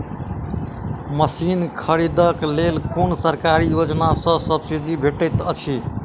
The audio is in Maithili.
मशीन खरीदे लेल कुन सरकारी योजना सऽ सब्सिडी भेटैत अछि?